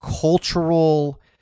cultural